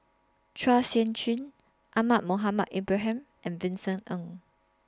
Chua Sian Chin Ahmad Mohamed Ibrahim and Vincent Ng